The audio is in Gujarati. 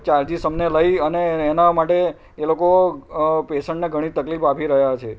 ચાર્જીસ અમને લઈ અને એના માટે એ લોકો પેશન્ટને ઘણી તકલીફ આપી રહ્યા છે